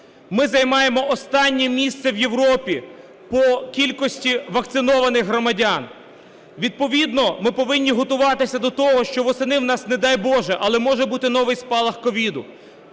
Ми займаємо останнє місце в Європі по кількості вакцинованих громадян. Відповідно ми повинні готуватися до того, що восени в нас, не дай боже, але може бути новий спалах ковіду.